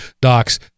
Docs